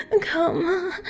come